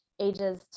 ages